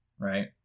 right